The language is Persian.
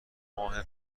ماه